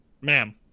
Ma'am